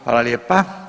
Hvala lijepa.